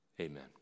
Amen